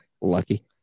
Lucky